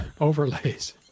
Overlays